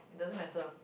it doesn't matter